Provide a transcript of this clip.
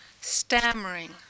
stammering